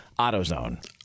AutoZone